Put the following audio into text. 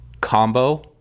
combo